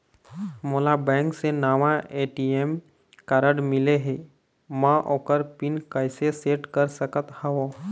मोला बैंक से नावा ए.टी.एम कारड मिले हे, म ओकर पिन कैसे सेट कर सकत हव?